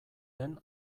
den